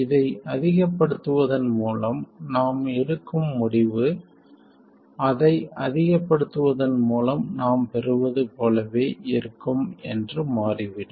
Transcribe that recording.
இதை அதிகப்படுத்துவதன் மூலம் நாம் எடுக்கும் முடிவு அதை அதிகப்படுத்துவதன் மூலம் நாம் பெறுவது போலவே இருக்கும் என்று மாறிவிடும்